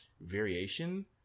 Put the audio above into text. variation